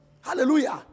Hallelujah